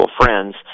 friends